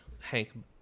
Hank